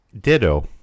Ditto